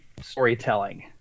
storytelling